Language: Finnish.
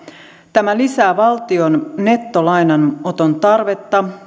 tämä lisää valtion nettolainanoton tarvetta